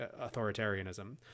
authoritarianism